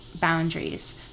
boundaries